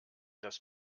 das